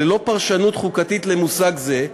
שללא פרשנות חוקתית למושג זה,